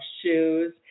shoes